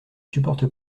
supporte